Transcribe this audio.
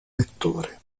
lettore